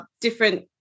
different